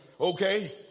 okay